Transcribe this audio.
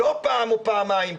לא פעם או פעמיים,